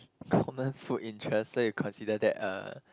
common food interest so you consider that a